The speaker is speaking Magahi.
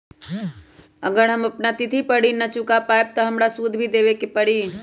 अगर हम अपना तिथि पर ऋण न चुका पायेबे त हमरा सूद भी देबे के परि?